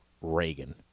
Reagan